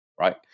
right